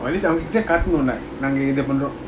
or at least அன்னைக்குதான்காட்டுனோமே:annaikuthan kaatnome